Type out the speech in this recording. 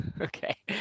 Okay